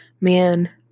man